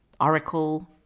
oracle